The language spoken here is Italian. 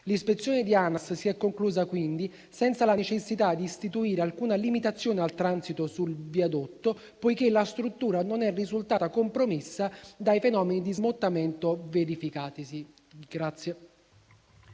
L'ispezione di Anas si è conclusa quindi senza la necessità di istituire alcuna limitazione al transito sul viadotto, poiché la struttura non è risultata compromessa dai fenomeni di smottamento verificatisi.